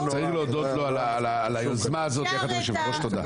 צריך להודות לו ביחד עם יושב ראש, תודה.